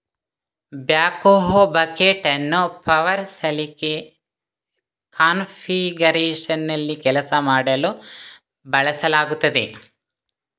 backhoe bucket ಅನ್ನು power ಸಲಿಕೆ ಕಾನ್ಫಿಗರೇಶನ್ನಲ್ಲಿ ಕೆಲಸ ಮಾಡಲು ಬಳಸಲಾಗುತ್ತದೆ